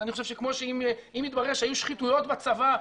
אני חושב שכמו שאם יתברר שהיו שחיתויות בצבא,